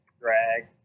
drag